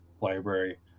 library